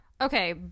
Okay